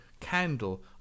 Candle